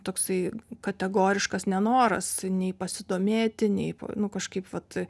toksai kategoriškas nenoras nei pasidomėti nei nu kažkaip vat